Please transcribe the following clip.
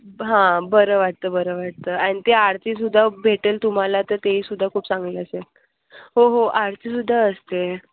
हं बरं वाटतं बरं वाटतं आणि ते आरतीसुद्धा भेटेल तुम्हाला तर तेसुद्धा खूप चांगले असेल हो हो आरतीसुद्धा असते